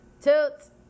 Toots